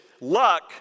Luck